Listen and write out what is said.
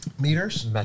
meters